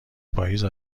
پاییز